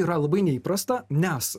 yra labai neįprasta nes